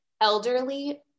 elderly